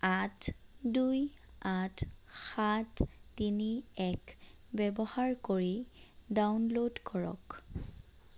আঠ দুই আঠ সাত তিনি এক ব্যৱহাৰ কৰি ডাউনলোড কৰক